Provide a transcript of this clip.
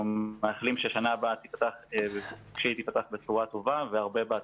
מאחלים שהשנה הבאה תיפתח בצורה טובה והרבה בהצלחה.